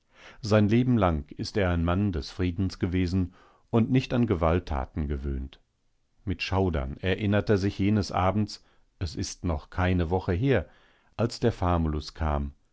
sein leben lang ist er ein mann des friedens gewesen und nicht an gewalttaten gewöhnt mit schaudern erinnert er sich jenes abends es ist noch keine woche her als der famulus kam